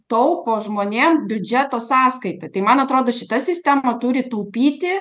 taupo žmonėm biudžeto sąskaita tai man atrodo šita sistema turi taupyti